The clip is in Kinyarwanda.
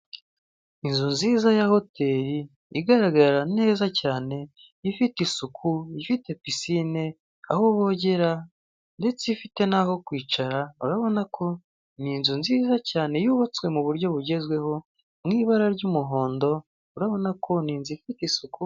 Inzu nziza ya hotel, igaragara neza cyane, ifite isuku, ifite pisine aho bogera, ndetse ifite n'aho kwicara, urabona ko ni inzu nziza cyane yubatswe mu buryo bugezweho, mu ibara ry'umuhondo urabona ko ninzu ifite isuku.